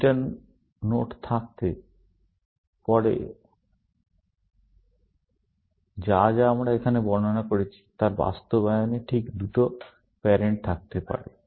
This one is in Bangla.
বিটা নোড থাকতে পারে বা যা আমরা এখানে বর্ণনা করেছি তার বাস্তবায়নে ঠিক দুটি প্যারেন্ট থাকতে পারে